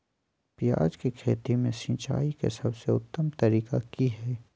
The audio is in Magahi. प्याज के खेती में सिंचाई के सबसे उत्तम तरीका की है?